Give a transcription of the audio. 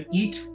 eat